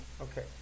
Okay